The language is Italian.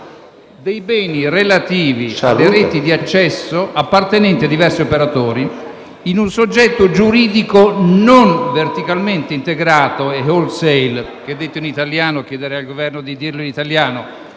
dei beni relativi alle reti di accesso appartenenti a diversi operatori in un soggetto giuridico non verticalmente integrato e *wholesale,*» - chiedo al Governo di indicare in italiano